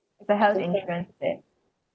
the health insurance then